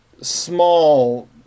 small